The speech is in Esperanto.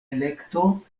elekto